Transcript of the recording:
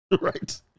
Right